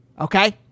Okay